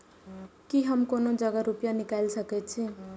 की हम कोनो जगह रूपया निकाल सके छी?